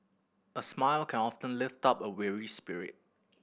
a smile can often lift up a weary spirit